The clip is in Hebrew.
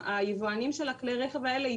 היבואנים של כלי הרכב האלה,